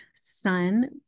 son